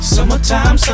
Summertime